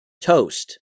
toast